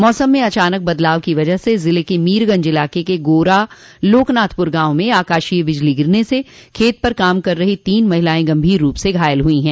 मौसम में अचानक बदलाव की वजह से जिले के मीरगंज इलाके के गोरा लोकनाथपुर गांव में आकाशीय बिजली गिरने से खेत पर काम कर रही तीन महिलाएं गंभीर रूप से घायल हो गई हैं